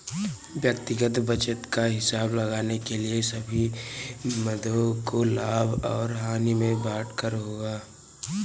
व्यक्तिगत बचत का हिसाब लगाने के लिए सभी मदों को लाभ और हानि में बांटना होगा